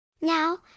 Now